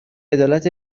عدالت